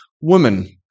women